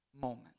moment